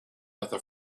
other